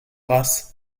races